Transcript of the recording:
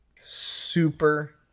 Super